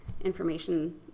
information